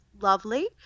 lovely